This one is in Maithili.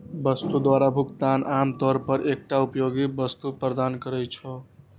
वस्तु द्वारा भुगतान आम तौर पर एकटा उपयोगी वस्तु प्रदान करै छै